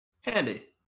handy